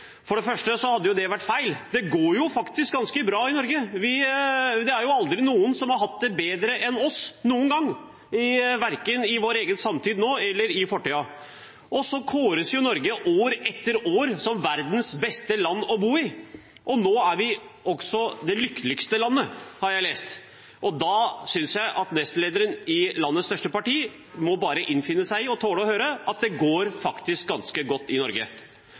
For det første hadde det vært feil. Det går faktisk ganske bra i Norge. Det er aldri noen som har hatt det bedre enn oss noen gang verken i vår egen samtid eller i fortiden. Og Norge kåres år etter år til verdens beste land å bo i. Nå er vi også det lykkeligste landet, har jeg lest. Da synes jeg at nestlederen i landets største parti bare må finne seg i og tåle å høre at det faktisk går ganske godt i Norge.